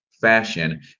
fashion